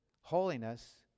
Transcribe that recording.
holiness